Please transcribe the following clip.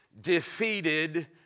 defeated